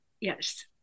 yes